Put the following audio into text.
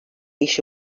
işi